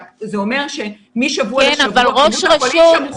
זה אומר שמשבוע לשבוע כמות החולים שם מוכפלת.